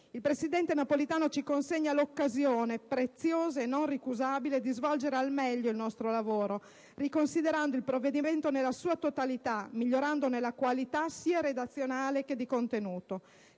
II presidente Napolitano ci consegna l'occasione - preziosa e non ricusabile - di svolgere al meglio il nostro lavoro, riconsiderando il provvedimento nella sua totalità, migliorandone la qualità sia redazionale che di contenuto.